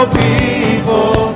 people